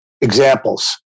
examples